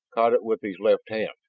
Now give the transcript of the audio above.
caught it with his left hand.